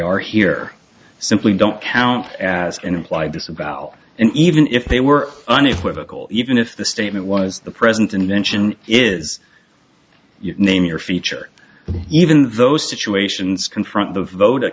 are here simply don't count as an implied this about and even if they were unequivocal even if the statement was the present invention is your name your feature even those situations confront the vote